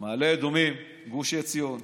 מעלה אדומים, גוש עציון,